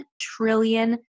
trillion